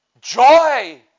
Joy